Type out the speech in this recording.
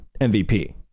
MVP